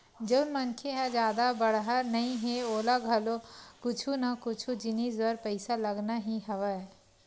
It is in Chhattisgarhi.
जउन मनखे ह जादा बड़हर नइ हे ओला घलो कुछु ना कुछु जिनिस बर पइसा लगना ही हवय